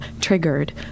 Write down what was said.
triggered